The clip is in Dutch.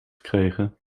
gekregen